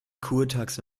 kurtaxe